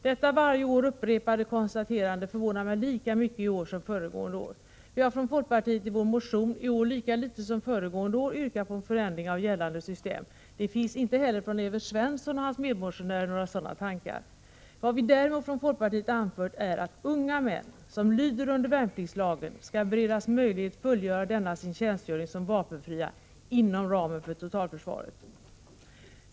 Detta varje år upprepade konstaterande förvånar mig lika mycket i år som föregående år. Vi har från folkpartiet i vår motion, i år lika litet som föregående år, yrkat på någon förändring av gällande system. Det finns inte heller från Evert Svensson och hans medmotionärer några sådana tankar. Vad vi däremot från folkpartiet anfört är att unga män som lyder under värnpliktslagen skall beredas möjlighet fullgöra denna sin tjänstgöring som vapenfria, inom ramen för totalförsvaret.